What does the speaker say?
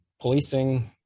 policing